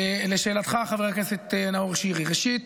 לשאלתך, חבר הכנסת נאור שירי, ראשית,